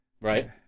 right